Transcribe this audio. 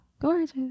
Gorgeous